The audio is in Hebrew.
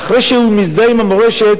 ואחרי שהוא מזדהה עם המורשת,